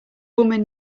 woman